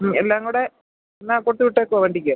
മ് എല്ലാം കൂടെ എന്നാ കൊടുത്ത് വിട്ടേക്കുമോ വണ്ടിക്ക്